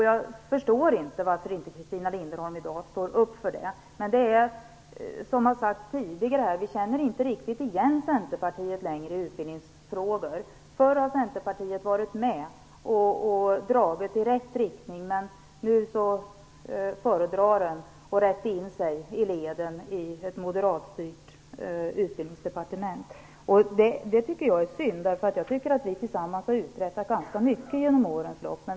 Jag förstår inte varför Christina Linderholm i dag inte står för det. Som det har sagts tidigare känner vi inte riktigt igen Centerpartiet när det gäller utbildningsfrågorna. Förr var Centerpartiet med och drog i rätt riktning. Nu föredrar man att rätta in sig i leden i ett moderatstyrt utbildningsdepartement. Det är synd. Jag tycker nämligen att vi tillsammans har uträttat ganska mycket genom årens lopp.